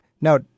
Now